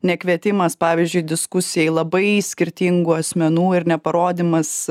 nekvietimas pavyzdžiui diskusijai labai skirtingų asmenų ir neparodymas